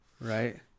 right